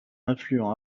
affluent